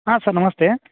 ಹಾಂ ಸರ್ ನಮಸ್ತೆ